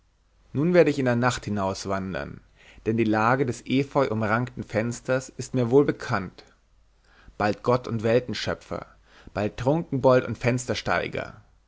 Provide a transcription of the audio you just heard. nun werde ich in der nacht hinauswandern denn die lage des efeuumrankten fensters ist mir wohl bekannt bald gott und weltenschöpfer bald trunkenbold und